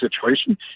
situation